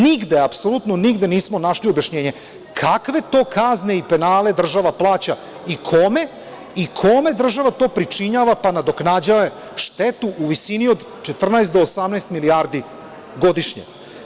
Nigde, aposlutno nigde, nismo našli objašnjenje kakve to kazne i penale država plaća i kome država to pričinjava, pa nadoknađuje štetu u visini od 14 do 18 milijardi godišnje.